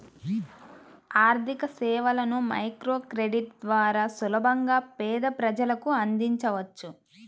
ఆర్థికసేవలను మైక్రోక్రెడిట్ ద్వారా సులభంగా పేద ప్రజలకు అందించవచ్చు